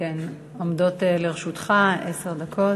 עומדות לרשותך עשר דקות.